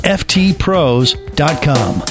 ftpros.com